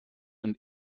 und